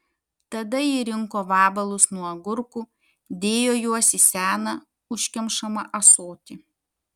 tada ji rinko vabalus nuo agurkų dėjo juos į seną užkemšamą ąsotį